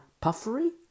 puffery